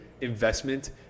investment